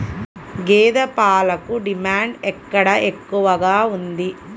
గేదె పాలకు డిమాండ్ ఎక్కడ ఎక్కువగా ఉంది?